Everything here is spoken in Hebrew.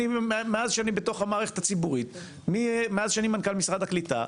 מאז שאני בתוך המערכת הציבורית מאז שאני מנכ"ל משרד הקליטה,